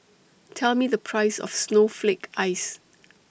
Tell Me The Price of Snowflake Ice